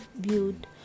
viewed